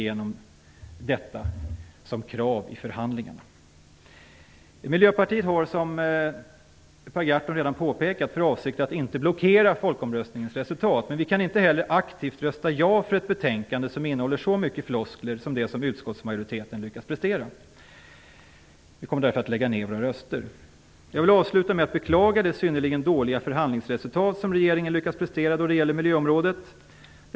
Miljöpartiet har inte, som Per Gahrton redan påpekat, för avsikt att blockera folkomröstningens resultat. Men vi kan heller inte aktivt rösta ja till ett betänkande som innehåller så mycket floskler som det som utskottsmajoriteten har lyckats prestera. Jag vill avsluta med att säga att jag beklagar det synnerligen dåliga förhandlingsresultat som regeringen lyckats prestera då det gäller miljöområdet.